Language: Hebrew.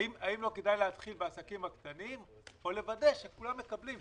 האם לא כדאי להתחיל בעסקים הקטנים או לוודא שכולם מקבלים?